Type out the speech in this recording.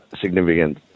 significant